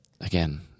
again